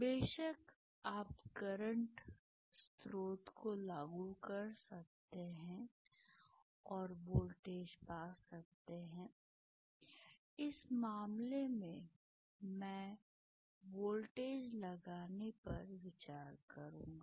बेशक आप करंट स्रोत को लागू कर सकते हैं और वोल्टेज पा सकते हैं इस मामले में मैं वोल्टेज लगाने पर विचार करूंगा